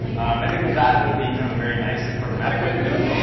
and i think that that would be kind of a very nice like programmatic way to do it.